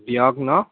তিঁয়হ ন